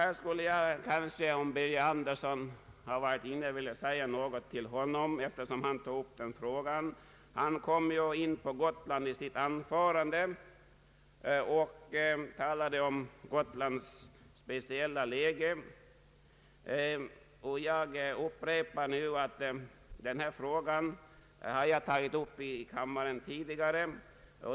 Här skulle jag, om herr Birger Andersson varit närvarande i kammaren, ha velat säga några ord till honom, eftersom han kom in på Gotlandsproblemen i sitt anförande. Han talade om Gotlands speciella läge, och jag har ju tidigare tagit upp denna fråga i kammaren.